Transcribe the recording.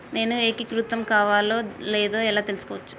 నేను ఏకీకృతం కావాలో లేదో ఎలా తెలుసుకోవచ్చు?